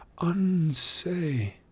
unsay